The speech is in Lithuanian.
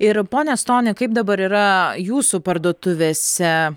ir pone stony kaip dabar yra jūsų parduotuvėse